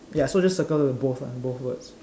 ya so just circle the both lah both words